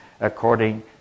according